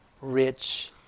rich